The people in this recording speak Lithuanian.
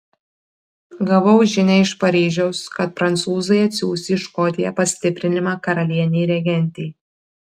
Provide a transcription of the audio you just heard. gavau žinią iš paryžiaus kad prancūzai atsiųs į škotiją pastiprinimą karalienei regentei